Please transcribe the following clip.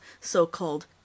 so-called